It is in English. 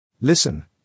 Listen